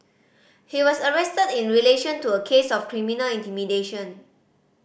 he was arrested in relation to a case of criminal intimidation